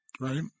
Right